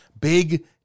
Big